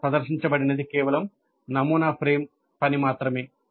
ఇక్కడ ప్రదర్శించబడినది కేవలం నమూనా ఫ్రేమ్ పని మాత్రమే